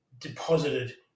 deposited